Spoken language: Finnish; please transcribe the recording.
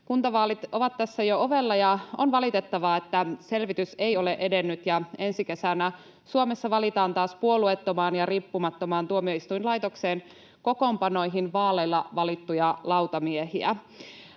Kuntavaalit ovat tässä jo ovella, ja on valitettavaa, että selvitys ei ole edennyt. Ensi kesänä Suomessa valitaan taas puolueettoman ja riippumattoman tuomioistuinlaitoksen kokoonpanoihin vaaleilla valittuja lautamiehiä.